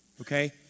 okay